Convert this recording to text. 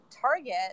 target